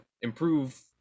improve